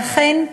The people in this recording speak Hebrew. ואכן,